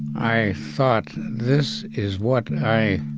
i thought, this is what and i